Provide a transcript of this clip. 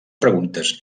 preguntes